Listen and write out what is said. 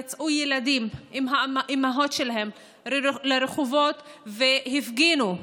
יצאו ילדים עם האימהות שלהם לרחובות והפגינו.